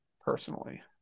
personally